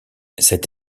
cette